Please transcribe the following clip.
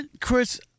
Chris